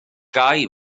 gau